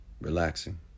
relaxing